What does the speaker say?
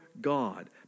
God